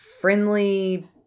friendly